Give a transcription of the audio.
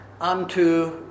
unto